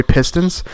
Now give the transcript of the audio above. Pistons